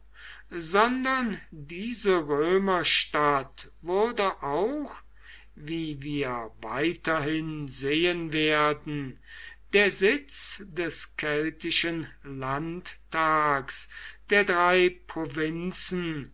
sondern diese römerstadt wurde auch wie wir weiterhin sehen werden der sitz des keltischen landtags der drei provinzen